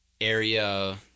area